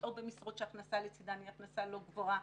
או במשרות שההכנסה לצדן לא גבוהה,